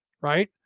Right